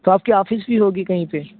تو آپ کی آفس بھی ہوگی کہیں پہ